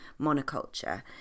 monoculture